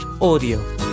audio